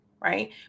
right